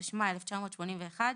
התשמ"א-1981,